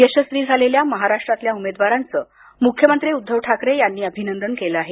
यशस्वी झालेल्या महाराष्ट्रातल्या उमेदवारांचं मुख्यमंत्री उद्धव ठाकरे यांनी अभिनंदन केलं आहे